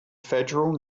federal